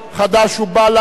חד"ש ובל"ד,